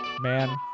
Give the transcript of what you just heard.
Man